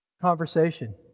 conversation